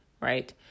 right